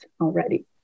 already